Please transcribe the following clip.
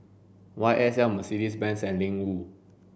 Y S L Mercedes Benz and Ling Wu